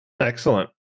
Excellent